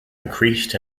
increased